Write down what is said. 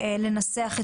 נכון.